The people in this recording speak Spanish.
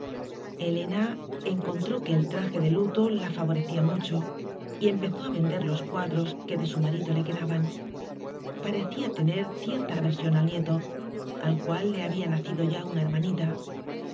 helena en contró que el traje de luto la favorecía mu cho y empezó a vender los cuadros que de su marido le quedaban parecía tener cierta aversión al nieto al cual le había nacido ya una hermanita